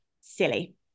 silly